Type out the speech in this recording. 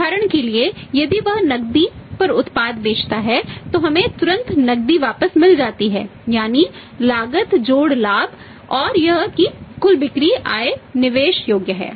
उदाहरण के लिए यदि वह नकदी पर उत्पाद बेचता है तो हमें तुरंत नकदी वापस मिल जाती है यानी लागत जोड़ लाभ और यह कि कुल बिक्री आय निवेश योग्य है